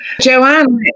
Joanne